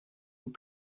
vous